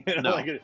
No